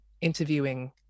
interviewing